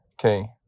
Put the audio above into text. okay